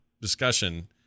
discussion